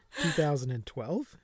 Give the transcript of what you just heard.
2012